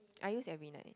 I use every night